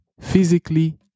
physically